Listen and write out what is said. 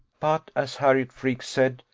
but, as harriot freke said,